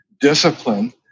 discipline